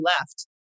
left